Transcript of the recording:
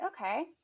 Okay